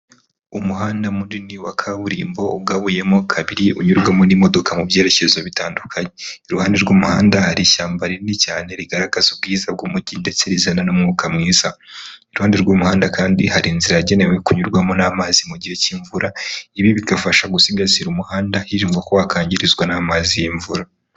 Umuhanda munini wa kaburimbo ugabuyemo kabiri, unyurwamo n'imodoka mu byerekezo bitandukanye, iruhande rw'umuhanda hari ishyamba rinini cyane rigaragaza ubwiza bw'umujyi ndetse rizana n'umwuka mwiza, iruhande rw'umuhanda kandi hari inzira yagenewe kunyurwamo n'amazi mu gihe cy'imvura, ibi bigafasha gusigasira umuhanda hirindwa ko wakangirizwa n'amazi y'imvura.